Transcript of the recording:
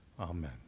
Amen